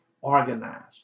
organized